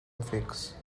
fix